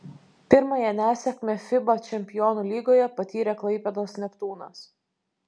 pirmąją nesėkmę fiba čempionų lygoje patyrė klaipėdos neptūnas